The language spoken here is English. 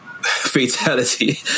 fatality